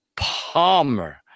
Palmer